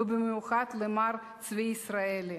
ובמיוחד למר צבי ישראלי,